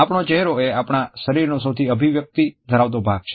આપણો ચહેરો એ આપણા શરીરનો સૌથી અભિવ્યક્તિ ધરાવતો ભાગ છે